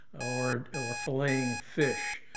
or or filleting fish.